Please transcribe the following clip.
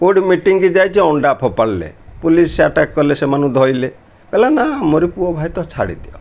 କେଉଁଠି ମିଟିଂ ଯାଇଛି ଅଣ୍ଡା ଫୋପାଡ଼ିଲେ ପୋଲିସ୍ ଆଟାକ୍ କଲେ ସେମାନଙ୍କୁ ଧଇଲେ କହିଲା ନା ଆମରି ପୁଅ ଭାଇ ତ ଛାଡ଼ିଦିଅ